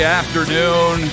afternoon